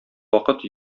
вакыт